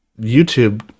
YouTube